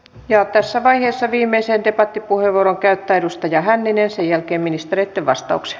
ja tässä vaiheessa viimeisen debattipuheenvuoron käyttää edustaja hänninen sen jälkeen ministereitten vastauksia